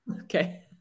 Okay